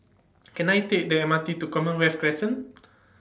Can I Take The M R T to Commonwealth Crescent